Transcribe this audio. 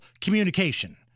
communication